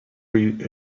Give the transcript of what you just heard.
pretty